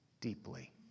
deeply